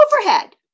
overhead